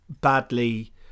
badly